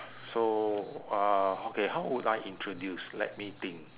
so uh okay how would I introduce let me think